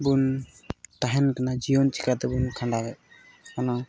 ᱵᱚᱱ ᱛᱟᱦᱮᱱ ᱠᱟᱱᱟ ᱡᱤᱭᱚᱱ ᱪᱤᱠᱟᱹ ᱛᱮᱵᱚᱱ ᱠᱷᱟᱸᱰᱟᱣᱮᱫ ᱠᱟᱱᱟ